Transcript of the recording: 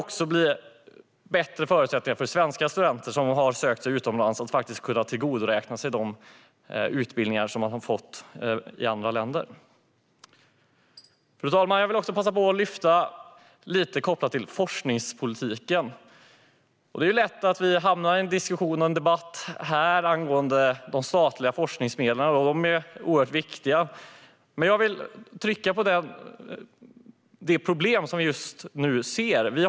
Dessutom behöver förutsättningarna för att tillgodoräkna sig utbildningar man har läst i ett annat land bli bättre för svenska studenter som har sökt sig utomlands. Fru talman! Jag vill också passa på att ta upp forskningspolitiken. Det är ju lätt att vi här hamnar i en diskussion och debatt angående de statliga forskningsmedlen. De är oerhört viktiga, men jag vill trycka på det problem vi just nu ser.